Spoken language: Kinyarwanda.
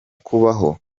kubaho